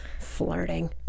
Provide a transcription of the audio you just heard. flirting